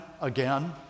again